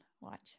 Watch